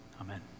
Amen